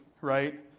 right